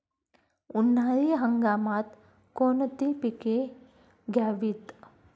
उन्हाळी हंगामात कोणती पिके घ्यावीत?